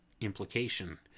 implication